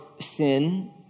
sin